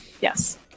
Yes